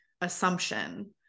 assumption